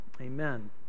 Amen